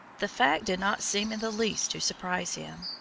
the fact did not seem in the least to surprise him,